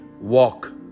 walk